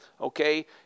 okay